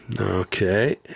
Okay